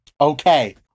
Okay